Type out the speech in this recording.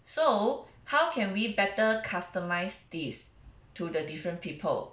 so how can we better customize these to the different people